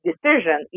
decision